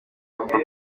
bavuga